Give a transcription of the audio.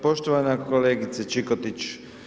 Poštovana kolegice Čikotić.